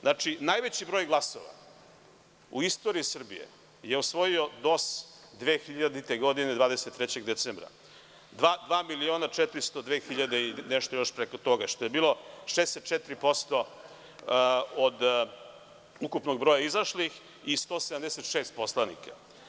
Znači, najveći broj glasova u istoriji Srbije je osvojio DOS 2000-te godine 23. decembra, dva miliona i 402 hiljade i nešto preko toga, što je bilo 64% od ukupnog broja izašlih i 176 poslanika.